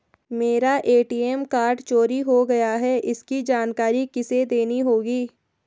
मेरा ATM card चोरी हो गया है इसकी जानकारी किसे देनी होगी?